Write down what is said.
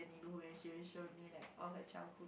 neighbourhood and she will show me like all her childhood